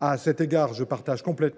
À cet égard, je partage tout à fait